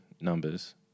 numbers